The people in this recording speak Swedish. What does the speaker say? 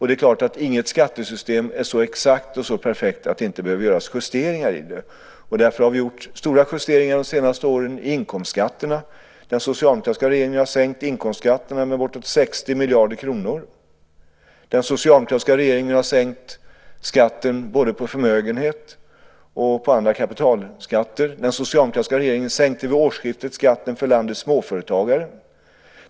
Det är klart att inget skattesystem är så exakt och så perfekt att det inte behöver göras justeringar i det. Därför har vi gjort stora justeringar under de senaste åren i inkomstskatterna. Den socialdemokratiska regeringen har sänkt inkomstskatten med bortemot 60 miljarder kronor. Den socialdemokratiska regeringen har sänkt skatten både på förmögenhet och på andra kapitalinkomster. Den socialdemokratiska regeringen sänkte vid årsskiftet skatten för landets småföretagare.